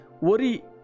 Worry